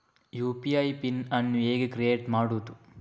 UPI PIN ಅನ್ನು ಹೇಗೆ create ಮಾಡುದು?